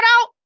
out